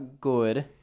good